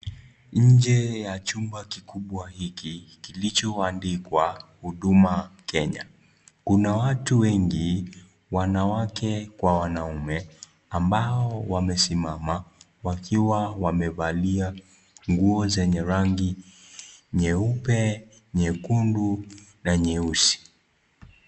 Nje ya chumba kikubwa hiki, kilicho andikwa Huduma Kenya, kuna watu wengi, wanawake, kwa wanaume, ambao wamesimama, wakiwa wamevalia, nguo zenye rangi, nyeupe, nyekundu, na nyeusi.